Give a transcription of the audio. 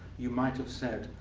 you might have said,